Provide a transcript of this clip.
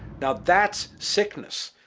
now that's sickness!